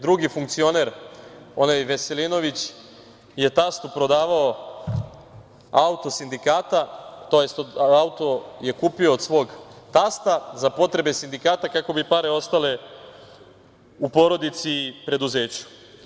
Drugi funkcioner, onaj Veselinović je tastu prodavao auto sindikata, tj. auto je kupio od svog tasta za potrebe sindikata kako bi pare ostale u porodici i preduzeću.